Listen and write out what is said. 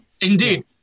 Indeed